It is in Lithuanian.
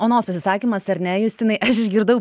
onos pasisakymas ar ne justinai aš išgirdau